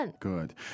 Good